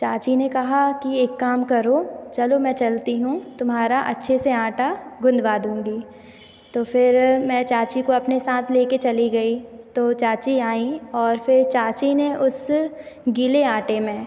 चाची ने कहा कि एक काम करो चलो मैं चलती हूँ तुम्हारा अच्छे से आटा गुंदवा दूँगी तो फिर मैं चाची को अपने साथ ले कर चली गई तो चाची आईं और फिर चाची ने उस गीले आटे में